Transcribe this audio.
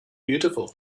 beautiful